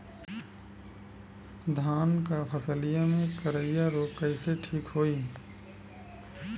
धान क फसलिया मे करईया रोग कईसे ठीक होई?